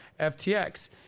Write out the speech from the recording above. FTX